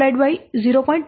66 No 0